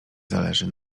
zależy